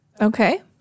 Okay